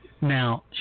now